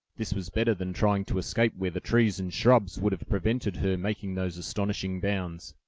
this was better than trying to escape where the trees and shrubs would have prevented her making those astonishing bounds.